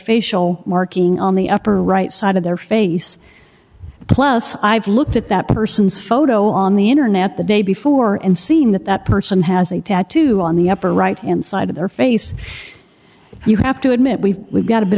facial marking on the upper right side of their face plus i've looked at that person's photo on the internet the day before and seen that that person has a tattoo on the upper right hand side of their face you have to admit we've got a bit